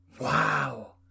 Wow